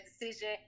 decision